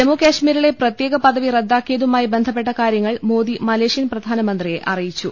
ജമ്മു കശ്മീരിലെ പ്രത്യേക പദവി റദ്ദാക്കിയതുമായി ബന്ധ പ്പെട്ട കാര്യങ്ങൾ മോദി മലേഷ്യൻ പ്രധാനമന്ത്രിയെ അറിയിച്ചു